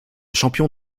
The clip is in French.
champion